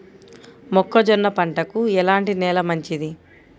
మొక్క జొన్న పంటకు ఎలాంటి నేల మంచిది?